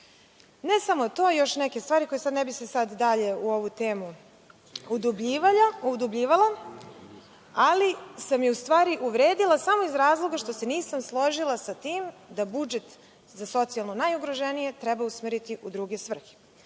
ne samo to, još neke stvari na koje se ne bih sad dalje u ovu temu udubljivala, ali sam je u stvari uvredila samo iz razloga što se nisam složila sa tim da budžet za socijalno najugroženije treba usmeriti u druge svrhe. Kao